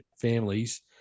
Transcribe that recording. families